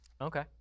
Okay